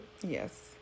Yes